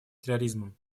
терроризмом